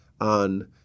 on